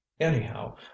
anyhow